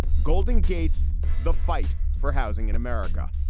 golden gates the fight for housing in america.